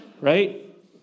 Right